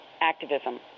activism